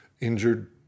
injured